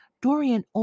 Dorian